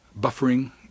buffering